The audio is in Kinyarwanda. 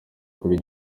kuri